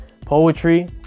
poetry